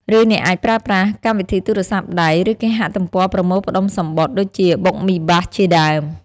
ឬអ្នកអាចប្រើប្រាស់ កម្មវិធីទូរស័ព្ទដៃ ឬគេហទំព័រប្រមូលផ្តុំសំបុត្រ ដូចជាប៊ុកមីបាស៍ ជាដើម។